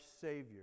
Savior